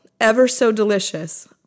ever-so-delicious